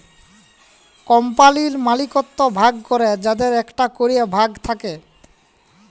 কম্পালির মালিকত্ব ভাগ ক্যরে যাদের একটা ক্যরে ভাগ থাক্যে